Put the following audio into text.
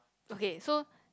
okay so